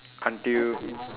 until